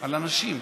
על אנשים.